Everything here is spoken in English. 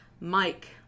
Mike